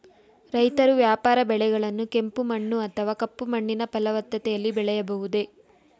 ರೈತರು ವ್ಯಾಪಾರ ಬೆಳೆಗಳನ್ನು ಕೆಂಪು ಮಣ್ಣು ಅಥವಾ ಕಪ್ಪು ಮಣ್ಣಿನ ಫಲವತ್ತತೆಯಲ್ಲಿ ಬೆಳೆಯಬಹುದೇ?